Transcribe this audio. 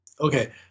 okay